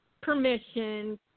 permission